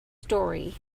story